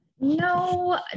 No